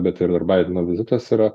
bet ir ir baideno vizitas yra